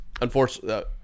Unfortunately